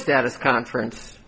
status conference